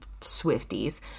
Swifties